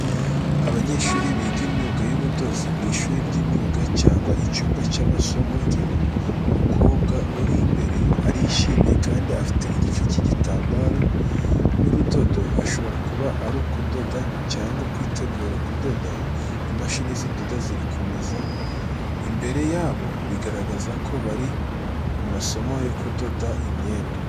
Abanyeshuri biga imyuga y'ubudozi mu ishuri ry’imyuga cyangwa icyumba cy’amasomo ngiro. Umukobwa uri imbere arishimye kandi afite igice cy'igitambaro n'urudodo, ashobora kuba ari kudoda cyangwa kwitegura kudoda. Imashini zidoda ziri ku meza imbere yabo, bigaragaza ko bari mu masomo yo kudoda imyenda.